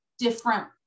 different